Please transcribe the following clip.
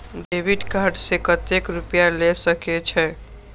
Debit card से कतेक रूपया ले सके छै?